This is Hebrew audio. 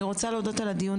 אני רוצה להודות על הדיון,